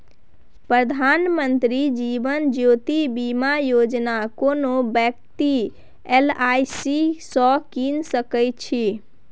प्रधानमंत्री जीबन ज्योती बीमा योजना कोनो बेकती एल.आइ.सी सँ कीन सकै छै